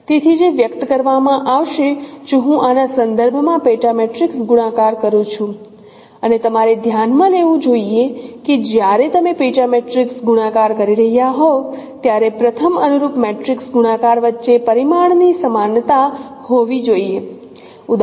તેથી જે વ્યક્ત કરવામાં આવશે જો હું આના સંદર્ભ માં પેટા મેટ્રિક્સ ગુણાકાર કરું છું અને તમારે ધ્યાન માં લેવું જોઈએ કે જ્યારે તમે પેટા મેટ્રિક્સ ગુણાકાર કરી રહ્યા હોવ ત્યારે પ્રથમ અનુરૂપ મેટ્રિક્સ ગુણાકાર વચ્ચે પરિમાણ ની સમાનતા હોવી જોઈએ